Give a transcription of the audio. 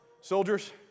soldiers